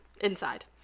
inside